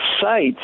sites